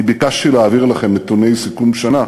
ביקשתי להעביר לכם נתוני סיכום שנה,